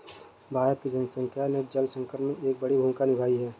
भारत की जनसंख्या ने जल संकट में एक बड़ी भूमिका निभाई है